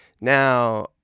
Now